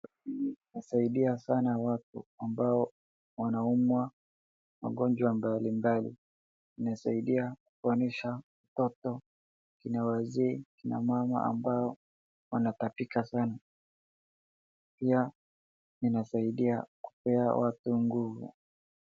Hii inasaidia sana watu ambao wanaumwa magonjwa mbalimbali. Inasaidia kuponyesha mtoto, kina wazee, kina mama ambao wanatapika sana. Pia inasaidia kupea watu nguvu.